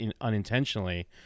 unintentionally